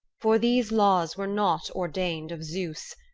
for these laws were not ordained of zeus,